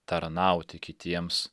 tarnauti kitiems